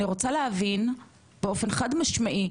אני רוצה להבין באופן חד משמעי,